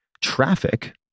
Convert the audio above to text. traffic